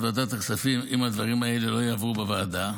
ועדת הכספים אם הדברים האלה לא יעברו בוועדה.